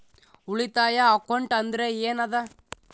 ಉಳಿತಾಯ ಅಕೌಂಟ್ ಅಂದ್ರೆ ಏನ್ ಅದ?